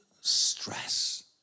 stress